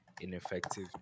ineffective